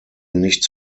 nicht